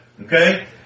Okay